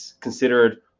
considered